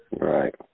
Right